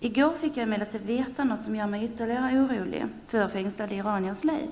I går fick jag emellertid veta något som gör mig ytterligare orolig för fängslade iraniers liv.